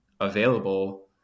available